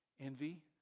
envy